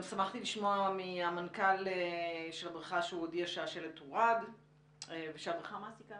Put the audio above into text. שמחתי לשמוע מהמנכ"ל של הבריכה שהוא הודיע שהשלט הורד ושבבריכה יהיו